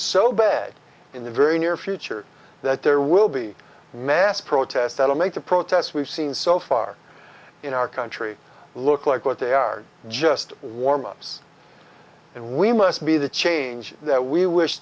so bad in the very near future that there will be mass protests that will make the protests we've seen so far in our country look like what they are just warmups and we must be the change that we wish